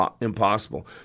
impossible